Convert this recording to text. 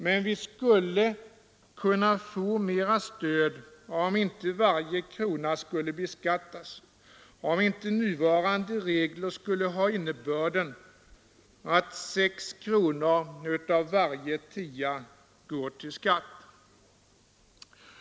Men vi skulle kunna få mera stöd, om inte varje krona skulle beskattas, om inte nuvarande regler skulle ha innebörden, att sex kronor av varje tia går till skatt.